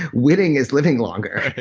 winning is living longer.